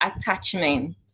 attachment